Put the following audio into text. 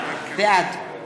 בעד